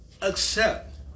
accept